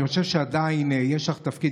אני חושב שעדיין יש לך תפקיד,